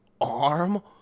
arm